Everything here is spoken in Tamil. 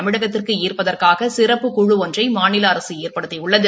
தமிழகத்திற்கு ஈர்ப்பதற்காக சிறப்பு குழு ஒன்றை மாநில அரசு ஏற்படுத்தியுள்ளது